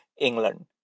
England